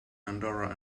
andorra